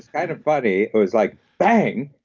kind of funny. it was like, bang,